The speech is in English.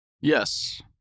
Yes